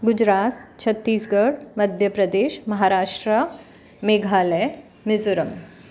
Gujarat Chhattisgarh Madhya Pradesh Maharashtra Meghalaya Mizoram